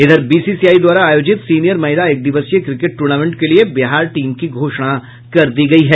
इधर बीसीसीआई द्वारा आयोजित सीनियर महिला एकदिवसीय क्रिकेट टूर्नामेंट के लिए बिहार टीम की घोषणा कर दी गयी है